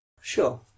Sure